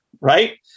right